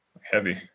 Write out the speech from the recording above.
heavy